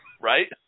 Right